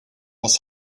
was